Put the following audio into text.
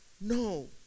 No